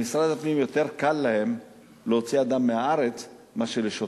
למשרד הפנים יותר קל להוציא אדם מהארץ מאשר לשוטר.